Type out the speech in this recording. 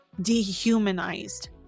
dehumanized